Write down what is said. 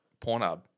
Pornhub